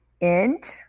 end